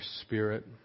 Spirit